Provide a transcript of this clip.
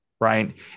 Right